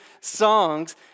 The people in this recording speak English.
songs